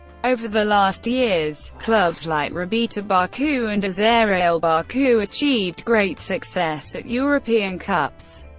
over the last years, clubs like rabita baku and azerrail baku achieved great success at european cups.